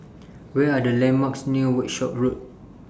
Where Are The landmarks near Workshop Road